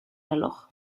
reloj